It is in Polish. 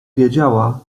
wiedziała